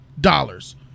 dollars